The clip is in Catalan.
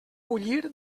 bullir